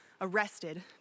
arrested